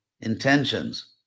intentions